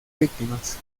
víctimas